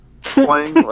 playing